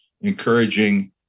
encouraging